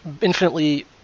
infinitely